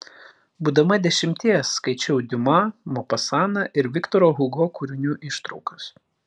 būdama dešimties skaičiau diuma mopasaną ir viktoro hugo kūrinių ištraukas